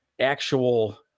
actual